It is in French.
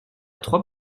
trois